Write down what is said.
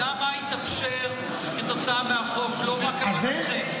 השאלה מה התאפשר כתוצאה מהחוק, לא מה כוונתכם.